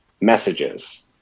messages